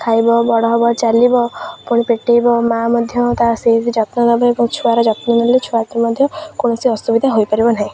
ଖାଇବ ବଡ଼ ହବ ଚାଲିବ ପୁଣି ପେଟାଇବ ମା' ମଧ୍ୟ ତା ସେଇ ଯତ୍ନ ଏବଂ ଛୁଆର ଯତ୍ନ ନେଲେ ଛୁଆଟି ମଧ୍ୟ କୌଣସି ଅସୁବିଧା ହୋଇପାରିବ ନାହିଁ